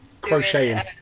crocheting